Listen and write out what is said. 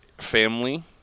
family